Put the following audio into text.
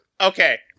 okay